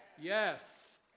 Yes